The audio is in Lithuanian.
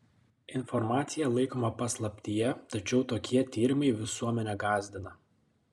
informacija laikoma paslaptyje tačiau tokie tyrimai visuomenę gąsdina